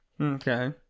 Okay